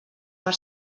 per